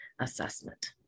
assessment